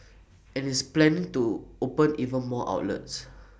and it's planning to open even more outlets